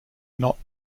not